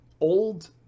old